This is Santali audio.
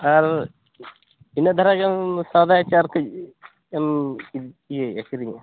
ᱟᱨ ᱤᱱᱟᱹᱜ ᱫᱷᱟᱨᱟ ᱜᱮᱢ ᱥᱚᱭᱫᱟᱭᱟ ᱥᱮ ᱟᱨ ᱠᱟᱹᱡ ᱮᱢ ᱤᱭᱟᱹᱭᱮᱫᱼᱟ ᱠᱤᱨᱤᱧᱮᱫᱼᱟ